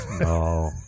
No